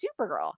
Supergirl